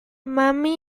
mami